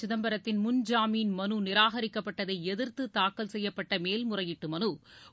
சிதம்பரத்தின் முன்ஜாமீன் மனு நிராகரிக்கப்பட்டதை எதிர்த்து தாக்கல் செய்யப்பட்ட மேல் முறையீட்டு மனு